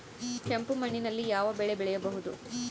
ಕೆಂಪು ಮಣ್ಣಿನಲ್ಲಿ ಯಾವ ಬೆಳೆ ಬೆಳೆಯಬಹುದು?